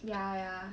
ya ya